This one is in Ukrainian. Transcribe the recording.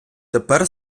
тепер